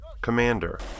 Commander